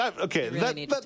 okay